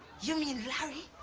you mean larry?